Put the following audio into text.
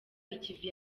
ikivi